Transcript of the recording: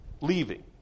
leaving